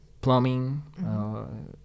Plumbing